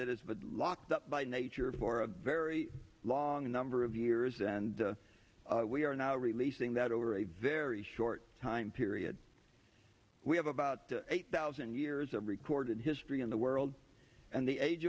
that is but locked up by nature for a very long number of years and we are now releasing that over a very short time period we have about eight thousand years of recorded history in the world and the age